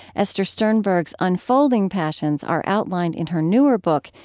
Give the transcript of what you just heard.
esther sternberg's unfolding passions are outlined in her newer book,